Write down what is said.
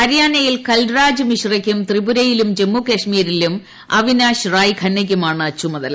ഹരിയാനയിൽ കൽരാജ് മിശ്രക്കും തൃപുര യിലും ജമ്മുകാശ്മീരിലും അവിനാശ് റ്റായ്പ്പന്നയ്ക്കുമാണ് ചുമ തല